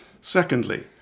secondly